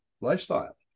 lifestyle